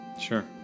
Sure